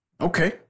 okay